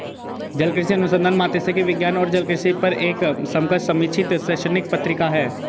जलकृषि अनुसंधान मात्स्यिकी विज्ञान और जलकृषि पर एक समकक्ष समीक्षित शैक्षणिक पत्रिका है